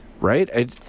right